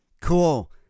cool